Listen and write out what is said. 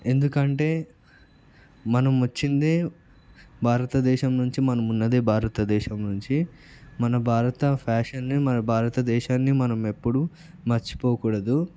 ఎందుకంటే మనం వచ్చిందే భారతదేశం నుంచి మనం ఉన్నదే భారతదేశం నుంచి మన భారత ఫ్యాషన్ని మన భారతదేశాన్ని మనం ఎప్పుడు మర్చిపోకూడదు